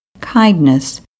kindness